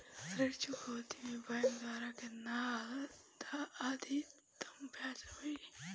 ऋण चुकौती में बैंक द्वारा केतना अधीक्तम ब्याज होला?